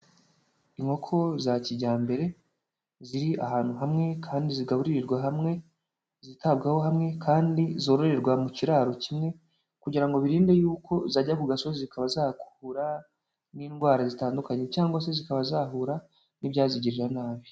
Inkoko za kijyambere ziri ahantu hamwe kandi zigaburirwa hamwe, zitabwaho hamwe kandi zororerwa mu kiraro kimwe kugira ngo birinde y'uko zajya ku gasozi zikaba zahakura nk'indwara zitandukanye, cyangwase zikaba zahura n'ibyazigirira nabi.